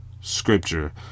Scripture